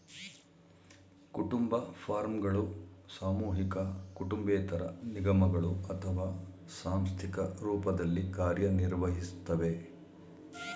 ಕುಟುಂಬ ಫಾರ್ಮ್ಗಳು ಸಾಮೂಹಿಕ ಕುಟುಂಬೇತರ ನಿಗಮಗಳು ಅಥವಾ ಸಾಂಸ್ಥಿಕ ರೂಪದಲ್ಲಿ ಕಾರ್ಯನಿರ್ವಹಿಸ್ತವೆ